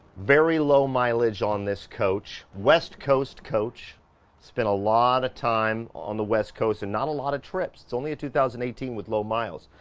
very low mileage on this coach. west coast coach spent a lot of time on the west coast and not a lot of trips. it's only a two thousand and eighteen with low miles,